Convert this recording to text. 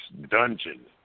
dungeon